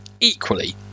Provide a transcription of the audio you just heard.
Equally